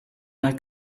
nel